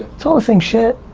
it's all the same shit.